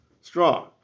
straw